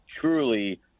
truly